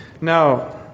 Now